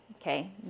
okay